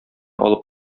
алып